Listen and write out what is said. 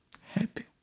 happy